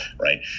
Right